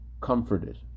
comforted